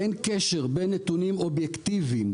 אין קשר בין נתונים אובייקטיביים